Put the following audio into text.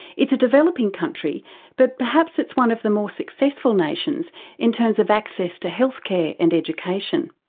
it's a developing country but perhaps it's one of the more successful nations in terms of access to health care and education.